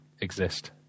exist